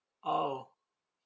orh